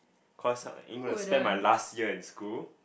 cause ain't gonna spend my last year in school